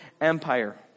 Empire